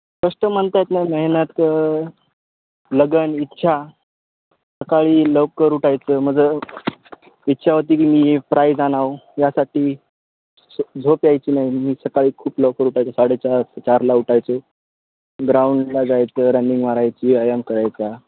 कष्ट म्हणतात ना मेहनत लगन इच्छा सकाळी लवकर उठायचं मजं इच्छा होती की मी हे प्राईज आणावं यासाठी झोप यायची नाही मी सकाळी खूप लवकर उठायचो साडेचार चारला उठायचो ग्राउंडला जायचं रनिंग मारायची व्यायाम करायचा